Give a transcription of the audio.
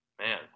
Man